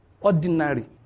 Ordinary